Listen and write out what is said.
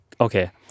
okay